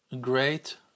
great